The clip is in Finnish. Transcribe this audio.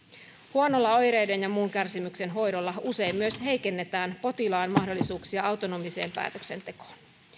huonolla oireiden ja muun kärsimyksen hoidolla usein myös heikennetään potilaan mahdollisuuksia autonomiseen päätöksentekoon